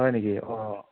হয় নেকি অঁ